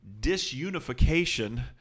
disunification